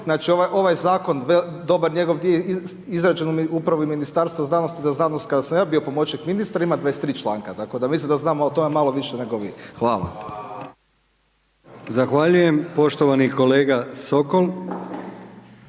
Znači ovaj zakon dobar njegov dio je izrađen upravo u Ministarstvu znanosti kada sam ja bio pomoćnik ministra. Ima 23 članka, tako da mislim da znam o tome malo više nego vi. Hvala. **Brkić, Milijan (HDZ)** Zahvaljujem poštovani kolega Sokol.